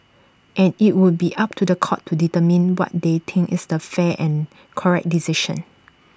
and IT would be up to The Court to determine what they think is the fair and correct decision